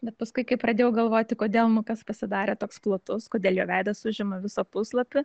bet paskui kai pradėjau galvoti kodėl nukas pasidarė toks platus kodėl jo veidas užima visą puslapį